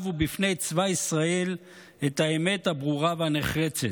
ובפני צבא ישראל את האמת הברורה והנחרצת: